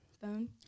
Phone